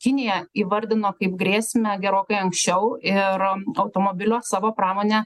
kiniją įvardino kaip grėsmę gerokai anksčiau ir automobilio savo pramonę